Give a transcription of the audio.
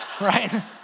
right